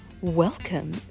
Welcome